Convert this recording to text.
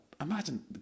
imagine